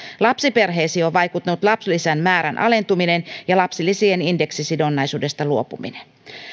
lapsiperheisiin on vaikuttanut lapsilisän määrän alentuminen ja lapsilisien indeksisidonnaisuudesta luopuminen